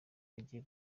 agiye